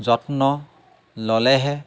যত্ন ল'লেহে